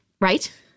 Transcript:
Right